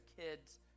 kids